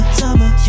summer